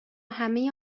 همه